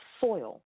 soil